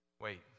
wait